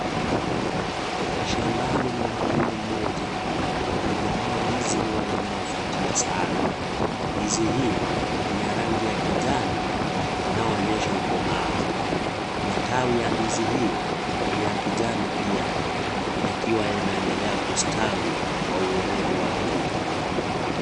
Shambani mwa mkulima mmoja, anaonekana ndizi moja inayo vutia sana, ndizi hii; ni ya rangi ya Kichani ina oyonyesha ukomavu , matawi ya ndizi hii ni ya kijani pia yakiwa yanaendelea kusitawi kwa ueledi wake.